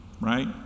right